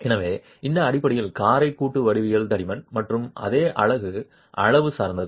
எனவே இந்த அடிப்படையில் காரை கூட்டு வடிவியல் தடிமன் மற்றும் அதே அலகு அளவு சார்ந்தது